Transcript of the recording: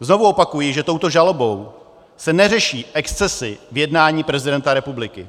Znovu opakuji, že touto žalobou se neřeší excesy v jednání prezidenta republiky.